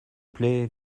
plait